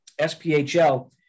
SPHL